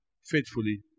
faithfully